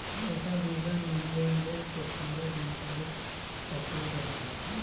छोटा विवरण मे लेनदेन के पूरा जानकारी छपल रहो हय